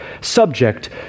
subject